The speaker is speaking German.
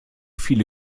viele